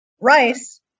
Rice